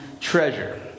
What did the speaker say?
treasure